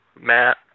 Matt